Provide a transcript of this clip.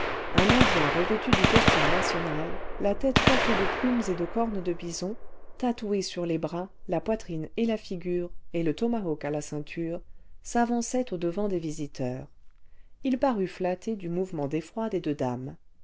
un indien revêtu du costumenational la tête coiffée de plumes et de cornes de bison tatoué sur les bras la poitrine et la figure et le tomahawk à la ceinture s'avançait au-devant des visiteurs il parut flatté du mouvement d'effroi des deux dames